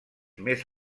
més